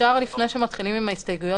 לפני שמתחילים עם ההסתייגויות,